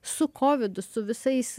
su kovidu su visais